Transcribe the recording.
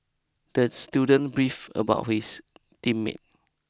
the student beef about his team mate